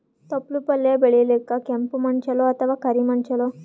ತೊಪ್ಲಪಲ್ಯ ಬೆಳೆಯಲಿಕ ಕೆಂಪು ಮಣ್ಣು ಚಲೋ ಅಥವ ಕರಿ ಮಣ್ಣು ಚಲೋ?